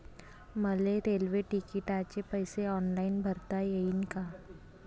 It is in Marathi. मले रेल्वे तिकिटाचे पैसे ऑनलाईन भरता येईन का?